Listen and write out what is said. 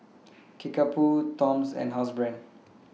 Kickapoo Toms and Housebrand